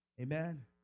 Amen